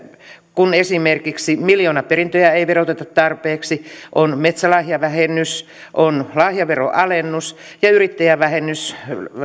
kun esimerkiksi miljoonaperintöjä ei veroteta tarpeeksi on metsälahjavähennys on lahjaveroalennus ja yrittäjävähennys